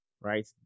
right